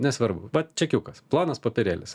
nesvarbu va čekiukas plonas popierėlis